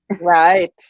Right